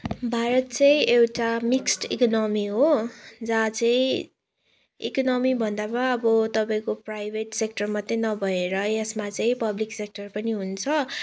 भारत चाहिँ एउटा mixed economy हो जहाँ चाहिँ इकोनोमी भन्दामा अब तपाईँको प्राइभेट सेक्टर मात्रै नभएर यसमा चाहिँ पब्लिक सेक्टर पनि हुन्छ